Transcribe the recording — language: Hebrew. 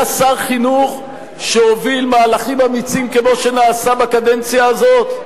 היה שר חינוך שהוביל מהלכים אמיצים כמו שנעשה בקדנציה הזאת?